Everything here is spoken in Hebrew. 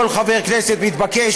כל חבר כנסת מתבקש,